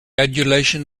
adulation